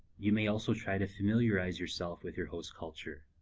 you may also try to familiarize yourself with your host culture,